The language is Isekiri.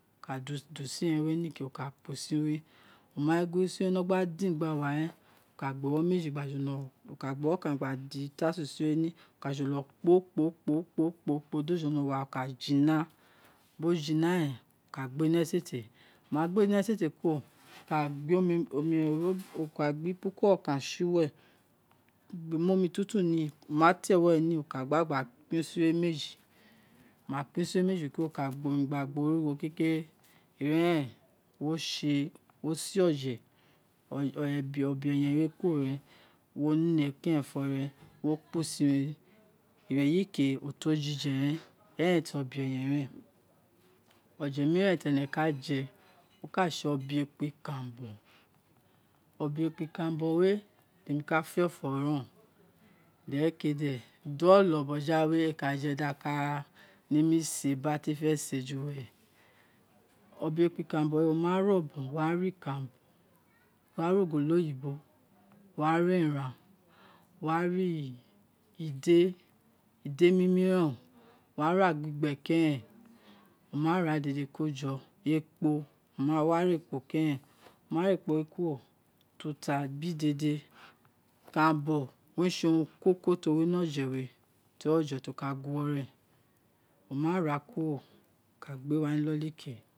Wo ka da usin rẹ wē ni ke,̄ wo ka kpo usin we wo wa rin gin usin wē nọ din gba wa rẹn wo ka gba e̱wọ meji ɓ ḳa jolo wo ka gba ewọ gba di utasuin wē ni wo ka jolọ kpo kpo, dio jọlọ wara dio jọlọ kpo kpo, dio jọlọ wara, dio jọlọ jina, bo jina ren wo ka gbe ni esete wo ma gbe ni esete kuro omi re uwe gba mu omi tuntun ni wo mate ewo ni wo ka gba gba kpen usin meji wo ka kpen usin we meji kuro wo ka gba omi gba gboro origho ro kekere, ira eren wose wo se oje obe eye̱n we kuro ren wo ne kerenfo wo kpo usin we ira yi ke oto jije ren eren ti obe-eyen oje miran ti ene ka je o ka se obe ekpo ikanranbo obe ekpo ikanranbo we de mi ka fe ofo ro ren dere kee de ḏolo̱ bọjoghawe éé ka je di ka ne mise biri ate fe̱ sē juwerẹ obe-ekpo ikanranbọ wē wo ma rē obọn wo wa ra ikanranbọ gba ra ogolo yibo wo wara ẹran wo wara ide ide mimi ren wo wa gbigbe keren wo ma ra dede ko jo ekpo wo ma ra ekpo keren wo ma ra ekpo we kuro ututa biri dēdē ikanranbo owun rē sē urun koko ti o wino o̱jẹ we teri oje tio ka guo ren wo ma ra kuro wo ka gbe wa ni inọli ke ̄